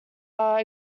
are